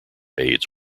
aides